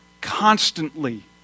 constantly